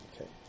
okay